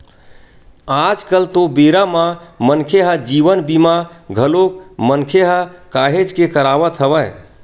आज कल तो बेरा म मनखे ह जीवन बीमा घलोक मनखे ह काहेच के करवात हवय